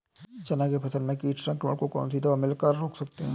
चना के फसल में कीट संक्रमण को कौन सी दवा मिला कर रोकते हैं?